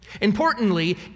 Importantly